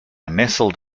nestled